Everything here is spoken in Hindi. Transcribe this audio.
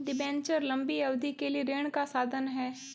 डिबेन्चर लंबी अवधि के लिए ऋण का साधन है